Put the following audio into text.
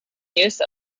use